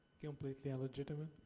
completely illegitimate.